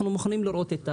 אנחנו מוכנים לראות את זה.